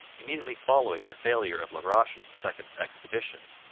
immediately following the failure of la roche's second expedition,